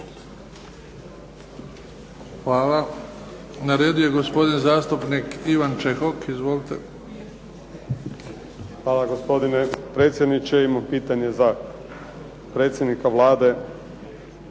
Hvala. Na redu je gospodin zastupnik Ivan Čehok, izvolite. **Čehok, Ivan (HSLS)** Hvala gospodine predsjedniče, imam pitanje za predsjednika Vlade,